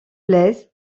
blaise